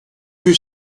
eût